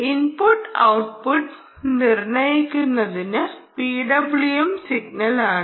input output നിർണ്ണയിക്കുന്നത് PWM സിഗ്നലാണ്